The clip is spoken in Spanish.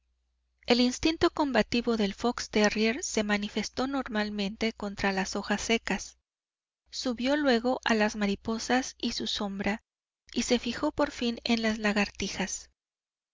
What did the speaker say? el instinto combativo del fox terrier se manifestó normalmente contra las hojas secas subió luego a las mariposas y su sombra y se fijó por fin en las lagartijas